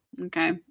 Okay